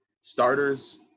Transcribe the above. Starters